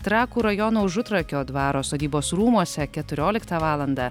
trakų rajono užutrakio dvaro sodybos rūmuose keturioliktą valandą